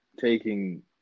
taking